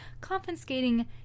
confiscating